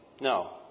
No